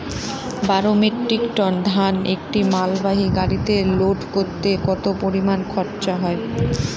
বারো metric ton ধান একটি মালবাহী গাড়িতে লোড করতে কতো পরিমাণ খরচা হয়?